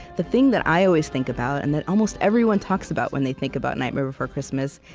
the thing that i always think about, and that almost everyone talks about when they think about nightmare before christmas,